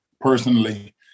personally